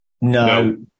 No